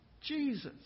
Jesus